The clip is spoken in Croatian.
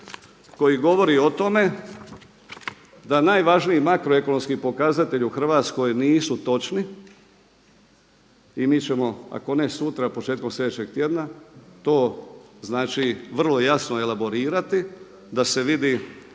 koji govori o tome da najvažniji makroekonomski pokazatelji u Hrvatskoj nisu točni i mi ćemo ako ne sutra početkom sljedećeg tjedna to znači vrlo jasno elaborirati da se vidi